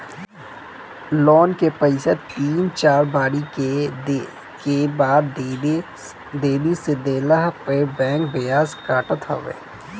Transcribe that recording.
loan के पईसा तीन चार बारी के बाद देरी से देहला पअ बैंक बियाज काटत हवे